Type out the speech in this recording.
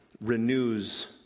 renews